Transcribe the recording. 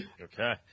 Okay